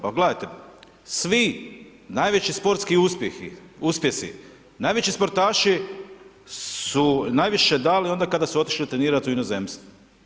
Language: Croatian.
Pogledajte, svi najveći sportski uspjesi, najveći sportaši su najviše dali onda kada su otišli trenirati u inozemstvo.